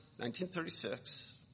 1936